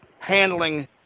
handling